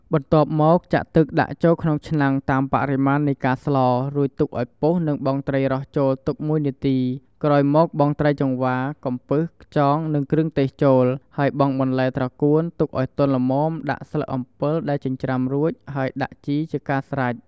បន្ទាប់មកចាក់ទឹកដាក់ចូលឆ្នាំងតាមបរិមាណនៃការស្ល រួចទុកឱ្យពុះនិងបង់ត្រីរ៉ស់ចូលទុក១នាទី ក្រោយមកបង់ត្រីចង្វា កំពឹស ខ្យង និងគ្រឿងទេសចូល ហើយបង់បន្លែត្រកួនទុកឱ្យទន់ល្មមដាក់ស្លឹកអំពិលដែលចិញ្រ្ចាំរួច ហើយដាក់ជីជាការស្រេច។